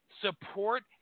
support